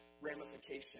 ramification